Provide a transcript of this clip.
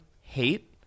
hate